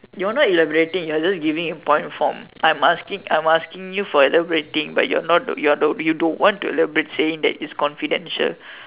you're not elaborating you're just giving in point form I'm asking I'm asking for elaborating but you're not you don't want to elaborate saying it is confidential